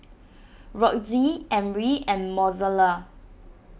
Roxie Emry and Mozella